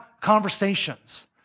conversations